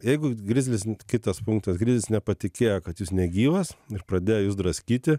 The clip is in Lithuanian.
jeigu grizlis kitas punktas grizlis nepatikėjo kad jūs negyvas ir pradėjo jus draskyti